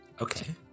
Okay